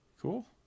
Cool